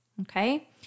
okay